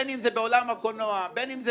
בין אם זה בעולם הקולנוע ובין אם זה